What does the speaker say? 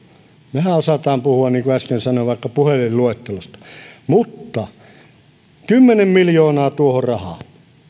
mehän osaamme puhua niin kuin äsken sanoin vaikka puhelinluettelosta niin kymmenen miljoonaa tuohon rahaa